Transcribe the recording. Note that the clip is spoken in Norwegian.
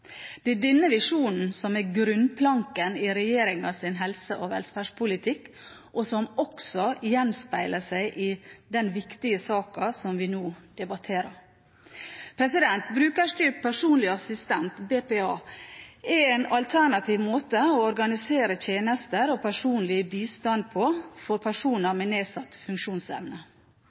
Det er denne visjonen som er grunnplanken i regjeringens helse- og velferdspolitikk, og som også gjenspeiler seg i den viktige saken vi nå debatterer. Brukerstyrt personlig assistent, BPA, er en alternativ måte å organisere tjenester og personlig bistand på for personer med nedsatt funksjonsevne,